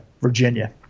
Virginia